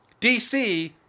DC